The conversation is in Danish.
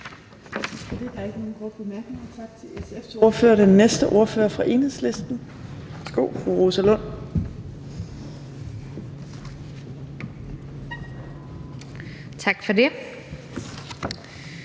Tak for det.